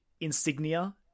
insignia